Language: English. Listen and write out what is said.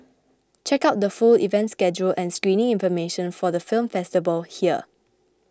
check out the full event schedule and screening information for the film festival here